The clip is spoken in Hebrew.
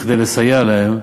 כדי לסייע להם,